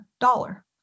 dollar